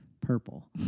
Purple